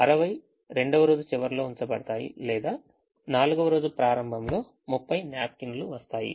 60 రెండవ రోజు చివరిలో ఉంచబడతాయి లేదా నాల్గవ రోజు ప్రారంభంలో 30 నాప్కిన్లు వస్తాయి